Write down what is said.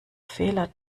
fehler